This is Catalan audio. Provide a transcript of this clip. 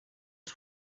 els